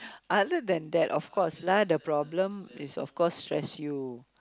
other than that of course lah the problem is of course stress you